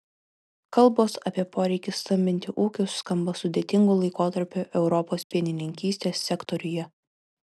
kalbos apie poreikį stambinti ūkius skamba sudėtingu laikotarpiu europos pienininkystės sektoriuje